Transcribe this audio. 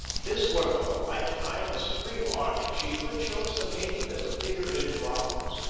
this work of a life-time, a supreme art achievement, shows the native as a figure in bronze.